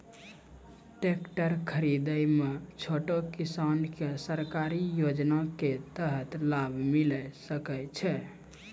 Tractor खरीदै मे छोटो किसान के सरकारी योजना के तहत लाभ मिलै सकै छै?